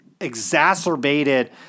exacerbated